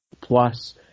plus